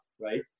right